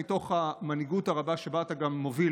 מתוך המנהיגות הרבה שבה אתה גם מוביל